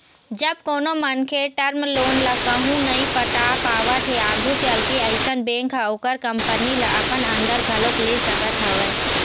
जब कोनो मनखे टर्म लोन ल कहूँ नइ पटा पावत हे आघू चलके अइसन बेंक ह ओखर कंपनी ल अपन अंदर घलोक ले सकत हवय